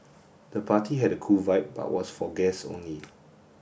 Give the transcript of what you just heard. the party had a cool vibe but was for guests only